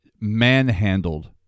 manhandled